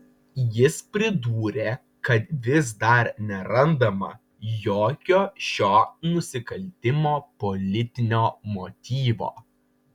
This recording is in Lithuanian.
jis pridūrė kad vis dar nerandama jokio šio nusikaltimo politinio motyvo